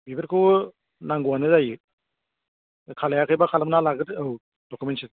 बेफोरखौ नांगौआनो जायो दा खालामाखैबा खालामना लाग्रोदो औ डकुमेन्स